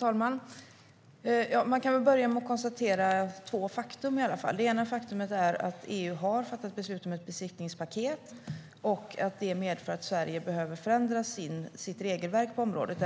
Herr talman! Låt mig börja med att konstatera två faktum. Det ena faktumet är att EU har fattat beslut om ett besiktningspaket, och det medför att Sverige behöver förändra sitt regelverk på området.